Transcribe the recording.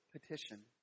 petition